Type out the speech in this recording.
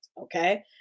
Okay